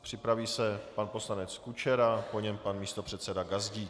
Připraví se pan poslanec Kučera, po něm pan místopředseda Gazdík.